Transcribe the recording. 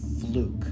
fluke